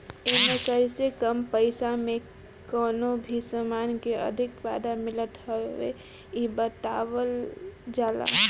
एमे कइसे कम पईसा में कवनो भी समान के अधिक फायदा मिलत हवे इ बतावल जाला